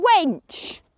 wench